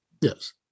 Yes